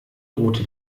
rote